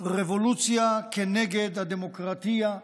"רבולוציה כנגד הדמוקרטיה".